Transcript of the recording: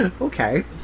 Okay